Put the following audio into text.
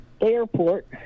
airport